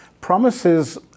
Promises